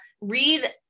read